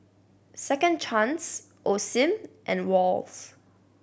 Second Chance Osim and Wall's